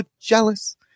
jealous